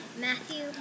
Matthew